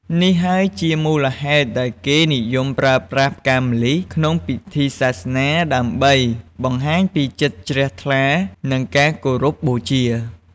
នេះហើយជាមូលហេតុដែលគេនិយមប្រើប្រាស់ផ្កាម្លិះក្នុងពិធីសាសនា ដើម្បីបង្ហាញពីចិត្តជ្រះថ្លា និងការគោរពបូជា។